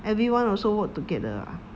everyone also work together lah